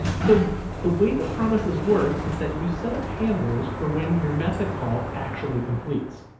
so the way the promises work is that you set up handlers for when your method call actually completes.